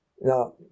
now